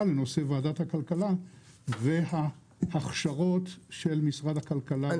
לנושא ועדת הכלכלה וההכשרות של משרד הכלכלה ---?